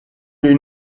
des